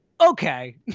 okay